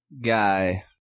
guy